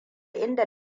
inda